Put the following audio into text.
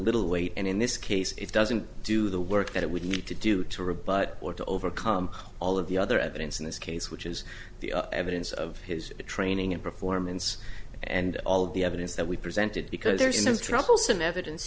little weight and in this case it doesn't do the work that it would need to do to rebut or to overcome all of the other evidence in this case which is the evidence of his training and performance and all of the evidence that we presented because there's some troublesome evidence